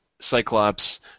Cyclops